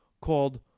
called